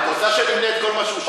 את רוצה שנמנה את כל מה שהוא שכח?